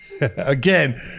Again